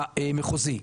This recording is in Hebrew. המחוזי,